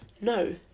no